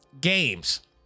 games